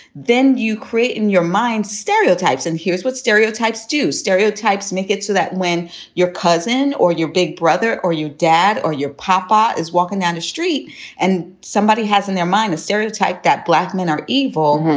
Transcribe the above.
then you create in your mind stereotypes. and here's what stereotypes do stereotypes make it so that when your cousin or your big brother or your dad or your papa is walking down the street and somebody has in their mind the stereotype that black men are evil,